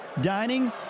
dining